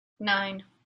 nine